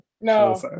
no